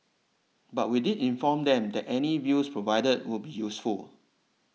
but we did inform them that any views provided would be useful